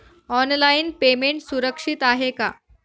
Online payment सुरक्षित आहे का?